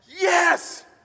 yes